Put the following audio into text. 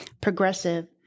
progressive